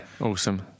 awesome